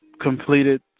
completed